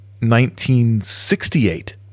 1968